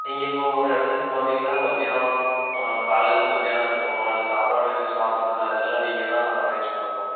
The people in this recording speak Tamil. நீங்கள் இப்போது ஒரு இடத்துக்கு போகிறீங்கன்னா மதியானம் காலைலருந்து மதியானம் இருக்கும் நாங்கள் சாப்பாடு சாப்பிட்றது அதெல்லாம் நீங்கள் தான் அரேஞ்ச் பண்ணணும்